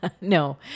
No